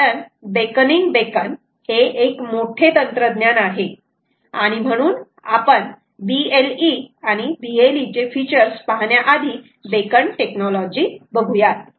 कारण beaconing beacon हे एक मोठे तंत्रज्ञान आहे आणि म्हणून आपण BLE आणि BLE चे फीचर्स पाहण्याआधी बेकन टेक्नॉलॉजी बघुयात